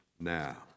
now